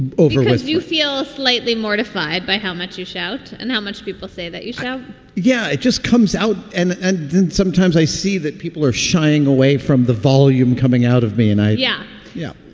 over with you feel slightly mortified by how much you shout and how much people say that you shout yeah. it just comes out. and and sometimes i see that people are shying away from the volume coming out of me and i. yeah yeah,